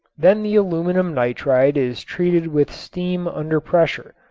then the aluminum nitride is treated with steam under pressure,